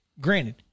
granted